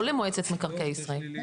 לא למועצת מקרקעי ישראל.